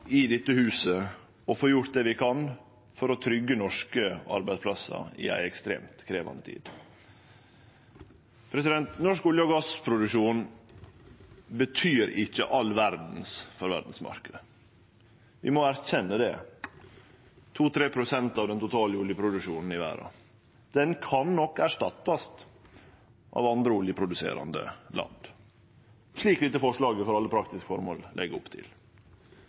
få gjort det vi kan for å tryggje norske arbeidsplassar i ei ekstremt krevjande tid. Norsk olje- og gassproduksjon betyr ikkje all verda for verdsmarknaden. Vi må erkjenne det – 2–3 pst. av den totale oljeproduksjonen i verda. Den kan nok erstattast av andre oljeproduserande land, slik dette forslaget for alle praktiske føremål legg opp til.